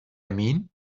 mean